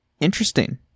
Interesting